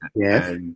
yes